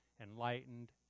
enlightened